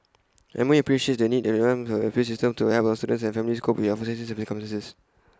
M O E appreciates the need appeals system to help our students and their families cope with unforeseen circumstances